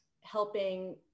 helping